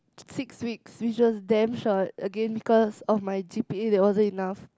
six weeks which was damn short again cause of my G_P_A that wasn't enough